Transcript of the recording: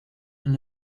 and